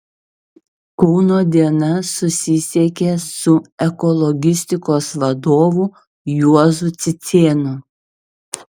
kauno diena susisiekė su ekologistikos vadovu juozu cicėnu